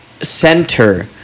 center